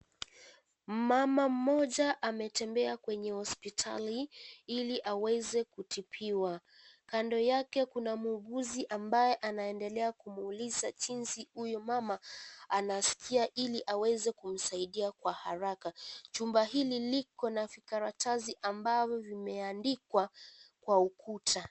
Mama mmoja ametembea kwenye hospitali Ili aweze kutibiwa. Kando yake kuna mhuguzi ambaye anaendelea kumwuliza jinsi huyo mama anasikia Ili aweze kumsaidia kwa haraka. Chumba hili liko na vikaratasi ambavyo vimeandikwa kwa ukuta.